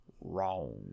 Wrong